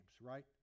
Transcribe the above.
right